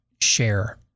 share